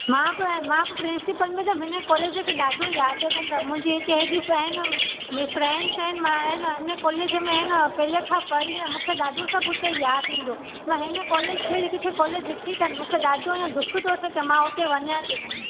मां बि मां बि प्रिंसिपल मैडम हिन कॉलेज खे ॾाढो यादि कंदमि मुंहिंजे हिते हेॾी फ्रेंड मुंहिंजी फ्रेंड्स आहिनि मां आहे न हिन कॉलेज में आहे न पहले खां पढ़ी आहियां मूंखे ॾाढो सभु हुते यादि ईंदो मां हिन कॉलेज जे ॿिए किथे कॉलेज ॾिठी कान मूंखे ॾाढो हिय दुख थो थिए की मां हुते वञां थी